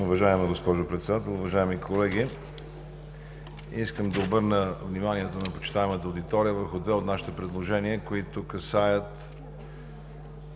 Уважаема госпожо Председател, уважаеми колеги! Искам да обърна вниманието на уважаемата аудитория върху две от нашите предложения, които касаят